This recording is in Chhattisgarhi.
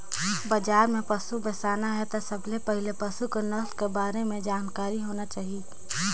बजार में पसु बेसाना हे त सबले पहिले पसु कर नसल कर बारे में जानकारी होना चाही